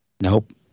Nope